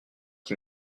qui